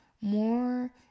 more